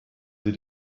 sie